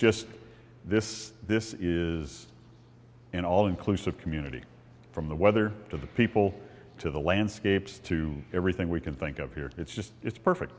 just this this is an all inclusive community from the weather to the people to the landscapes to everything we can think of here it's just it's perfect